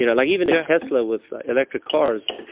you know like even the tesla with electric cars,